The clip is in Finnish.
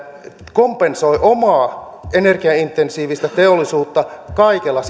kompensoivat omaa energiaintensiivistä teollisuuttaan kaikella